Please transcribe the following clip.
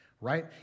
right